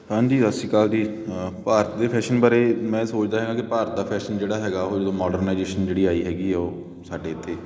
ਹਾਂਜੀ ਸਤਿ ਸ਼੍ਰੀ ਅਕਾਲ ਜੀ ਭਾਰਤ ਦੇ ਫੈਸ਼ਨ ਬਾਰੇ ਮੈਂ ਸੋਚਦਾ ਹਾਂ ਕਿ ਭਾਰਤ ਦਾ ਫ਼ੈਸ਼ਨ ਜਿਹੜਾ ਹੈਗਾ ਉਹ ਮੋਡਰਕਨਾਈਜੇਸ਼ਨ ਜਿਹੜੀ ਆਈ ਹੈਗੀ ਆ ਉਹ ਸਾਡੇ ਇੱਥੇ